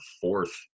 fourth